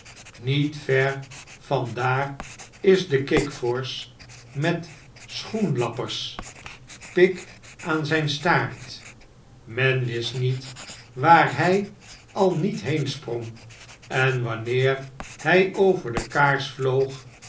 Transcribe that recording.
met ver van daar is dekikvorsch met schoenlappers pik aan zijn staart men wist niet waar hy al niet heensprong en wanneer hij over de kaars vloog